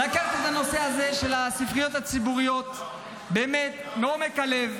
לקחת את הנושא הזה של הספריות הציבוריות באמת מעומק הלב,